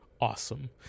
Awesome